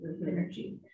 energy